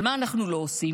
אבל מה אנחנו לא עושים?